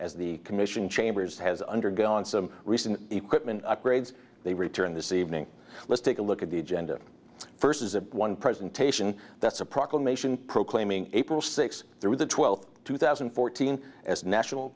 as the commission chambers has undergone some recent equipment upgrades they return this evening let's take a look at the agenda first is a one presentation that's a proclamation proclaiming april sixth through the twelfth two thousand and fourteen as national